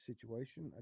situation